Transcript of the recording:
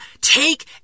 take